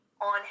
on